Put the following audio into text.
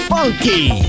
Funky